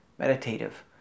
Meditative